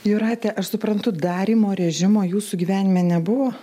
jūrate aš suprantu darymo režimo jūsų gyvenime nebuvo